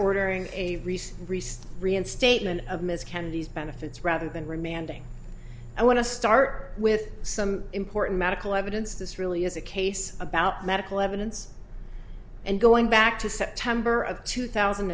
reste reinstatement of ms kennedy's benefits rather than remanding i want to start with some important medical evidence this really is a case about medical evidence and going back to september of two thousand